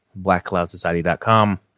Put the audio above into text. blackcloudsociety.com